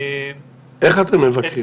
איך אתם מבקרים?